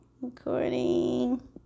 Recording